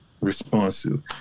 responsive